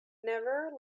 never